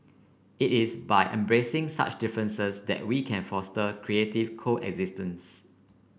it is by embracing such differences that we can foster creative coexistence